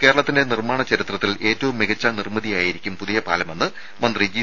കേരളത്തിന്റെ നിർമ്മാണ ചരിത്രത്തിൽ ഏറ്റവും മികച്ച നിർമ്മിതിയായിരിക്കും പുതിയ പാലമെന്ന് മന്ത്രി ജി